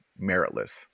meritless